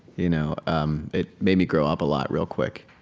you know um it made me grow up a lot real quick.